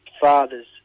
father's